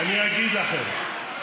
אני אגיד לכם,